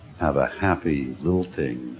have a happy, lilting,